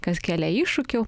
kas kėlė iššūkių